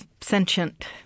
sentient